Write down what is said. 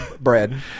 bread